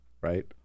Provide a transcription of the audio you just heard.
right –